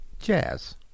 Jazz